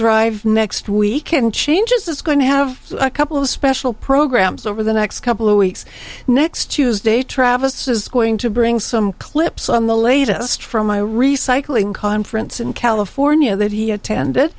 drive next week and change is going to have a couple of special programs over the next couple of weeks next tuesday traviss going to bring some clips on the latest from a recycling conference in california that he attended